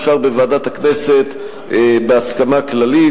אושר בוועדת הכנסת בהסכמה כללית,